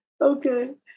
Okay